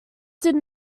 did